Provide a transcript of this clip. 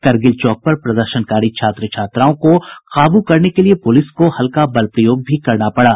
करगिल चौक पर प्रदर्शनकारी छात्र छात्राओं को काबू करने के लिए पुलिस को हल्का बल प्रयोग भी करना पड़ा